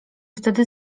wtedy